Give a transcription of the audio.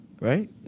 Right